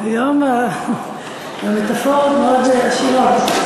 היום המטפורות מאוד עשירות.